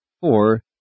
Four